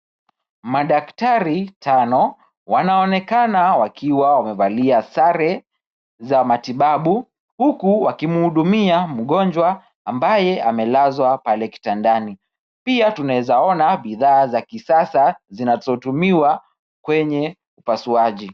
Madaktari tano wanaonekana wakiwa wamevalia sare za matibabu huku wakimhudumia mgonjwa ambaye amelazwa pale kitandani. Pia tunaweza ona bidhaa za kisasa zinazotumiwa kwenye upasuaji.